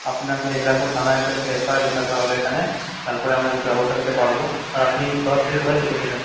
আপনাকে হিরাপুর থানায় এসে একটা এফআইআর লেখাতে হবে এখানে তারপরে আমরা কিছু ব্যবস্থা নিতে পারব আর আপনি কোথার থেকে কোথায় চেপেছিলেন